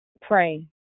pray